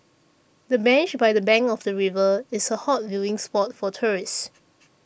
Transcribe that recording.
the bench by the bank of the river is a hot viewing spot for tourists